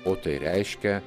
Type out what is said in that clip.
o tai reiškia